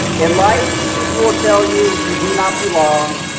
in life people will tell you you do not belong,